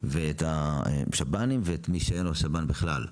ואת השב"נים ואת מי שאין לו שב"ן בכלל.